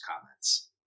comments